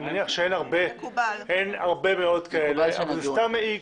אני מניח שאין הרבה מאוד כאלה אבל זה סתם מעיק.